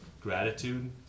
gratitude